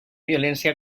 violència